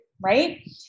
right